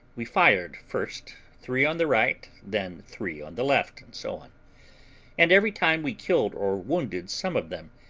we fired, first three on the right, then three on the left, and so on and every time we killed or wounded some of them,